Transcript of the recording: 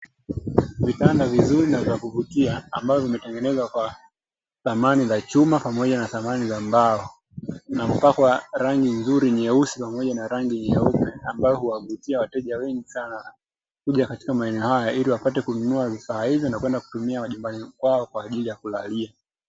Vitanda vizuri na vya kuvutia, ambavyo vimetengenezwa kwa samani za chuma pamoja na samani za mbao, na kupakwa rangi nzuri nyeusi pamoja na rangi nyeupe, ambayo huwavutia wateja wengi sana kuja katika maeneo haya, ili wapate kununua vifaa hivyo, na kwenda kutumia majumbani kwao kwa ajili ya kulalia.